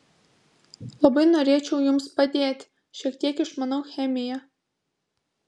labai norėčiau jums padėti šiek tiek išmanau chemiją